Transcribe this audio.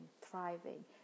thriving